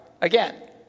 Again